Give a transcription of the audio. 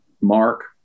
Mark